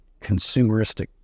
consumeristic